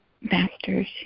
masters